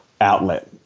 outlet